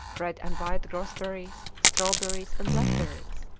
red and white gooseberries, strawberries, and blackberries,